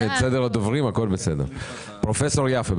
פרופ' יפה,